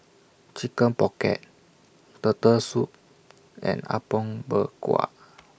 Chicken Pocket Turtle Soup and Apom Berkuah